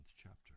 chapter